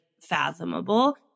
fathomable